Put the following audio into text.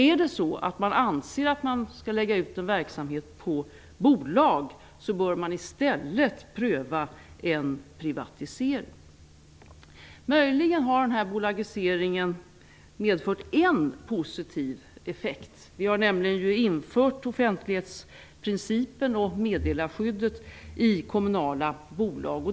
Om man anser att man skall lägga ut en verksamhet på bolag bör man i stället pröva en privatisering. Möjligen har den här bolagiseringen medfört en positiv effekt. Vi har infört offentlighetsprincipen och meddelarskyddet i kommunala bolag.